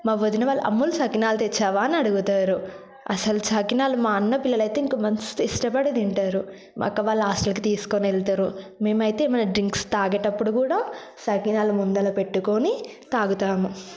మా వదిన వాళ్ళు అమ్ములు సకినాలు తెచ్చావా అని అడుగుతారు అసలు సకినాలు మా అన్న పిల్లలైతే ఇక మస్తు ఇష్టపడి తింటారు మా అక్క వాళ్ళు హాస్టల్కి తీసుకెళ్తారు మన మేమైతే మన డ్రింక్స్ తాగేటప్పుడు కూడా సకినాల ముందర పెట్టుకొని తాగుతాము